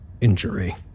injury